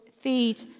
feed